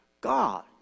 God